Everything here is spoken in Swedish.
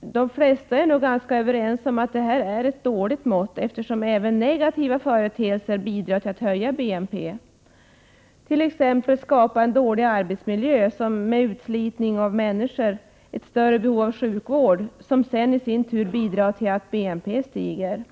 de flesta är nog överens om att BNP är ett dåligt mått, eftersom även negativa företeelser bidrar till att höja BNP. T.ex. skapar en dålig arbetsmiljö med utslitning av människor ett större behov av sjukvård, som i sin tur bidrar till att BNP stiger.